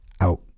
out